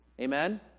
Amen